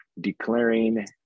declaring